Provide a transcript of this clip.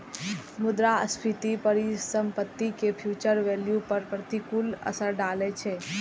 मुद्रास्फीति परिसंपत्ति के फ्यूचर वैल्यू पर प्रतिकूल असर डालै छै